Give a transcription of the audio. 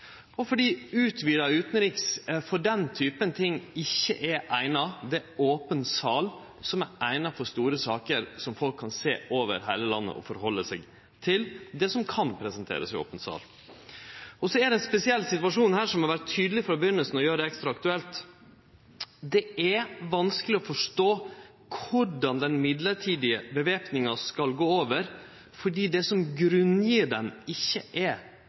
og fordi den utvida utanrikskomiteen ikkje er eigna for den type ting. Det er det som kan presenterast i open sal som er eigna for store saker, og som folk kan sjå over heile landet og halde seg til. Så er det ein spesiell situasjon her som har vore tydeleg frå begynninga og gjer det ekstra aktuelt: Det er vanskeleg å forstå korleis den mellombelse væpninga skal gå over, fordi det som grunngjev den, ikkje er